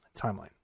timeline